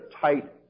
tight